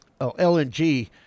LNG